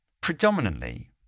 Predominantly